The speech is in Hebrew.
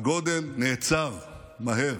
הגודל נעצר מהר: